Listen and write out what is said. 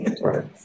Right